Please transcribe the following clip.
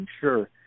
sure